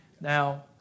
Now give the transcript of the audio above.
Now